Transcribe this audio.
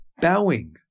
Bowing